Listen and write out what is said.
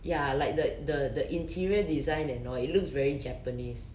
ya like the the the interior design and all it looks very japanese